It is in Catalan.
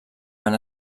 han